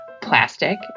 plastic